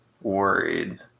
worried